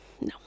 No